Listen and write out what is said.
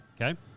Okay